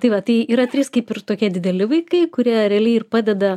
tai va tai yra trys kaip ir tokie dideli vaikai kurie realiai ir padeda